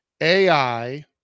AI